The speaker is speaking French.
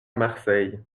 marseille